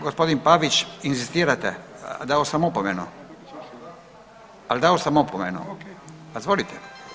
Gospodin Pavić, inzistirate, dao sam opomenu … [[Upadica iz klupe se ne razumije]] al dao sam opomenu, izvolite.